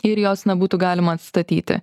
ir jos nebūtų galima atstatyti